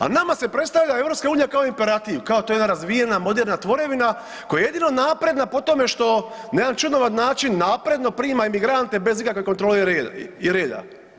A nama se predstavlja EU kao imperativ, kao to je jedna razvijena moderna tvorevina koja je jedino napredna po tome što na jedan čudnovat način napredno prima emigrante bez ikakve kontrole i reda.